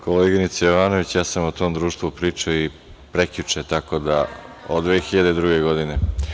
Koleginice Jovanović, ja sam o tom društvu pričao i prekjuče, od 2002. godine…